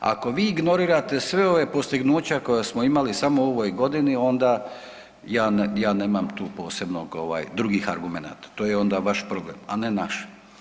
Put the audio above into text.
Ako vi ignorirate sva ova postignuća koja smo imali samo u ovoj godini onda ja nemam tu drugih argumenata, to je onda vaš problem, a ne naš.